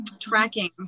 Tracking